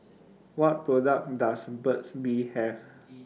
What products Does Burt's Bee Have